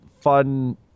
fun